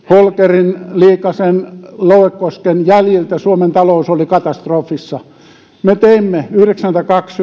holkerin liikasen louekosken jäljiltä suomen talous oli katastrofissa me teimme yhdeksänkymmentäkaksi